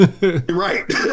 right